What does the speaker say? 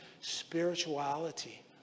spirituality